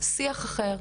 שיח אחר.